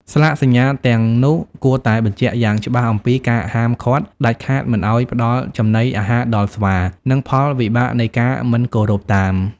ស្លាកសញ្ញាទាំងនោះគួរតែបញ្ជាក់យ៉ាងច្បាស់អំពី ការហាមឃាត់ដាច់ខាតមិនឱ្យផ្តល់ចំណីអាហារដល់ស្វា និងផលវិបាកនៃការមិនគោរពតាម។